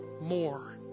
more